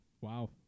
Wow